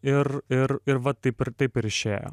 ir ir ir va taip ir taip ir išėjo